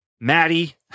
Maddie